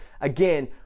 again